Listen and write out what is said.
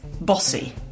bossy